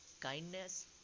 Kindness